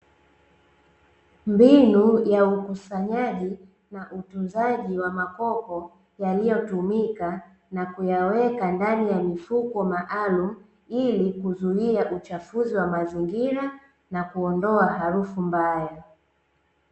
Mbinu ya ukusanyaji na utunzaji wa makopo yaliyotumika na kuyaweka ndani ya mifuko maalum ili kuzuia uchafuzi wa mazingira, na kuondoa harufu mbaya.